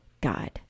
God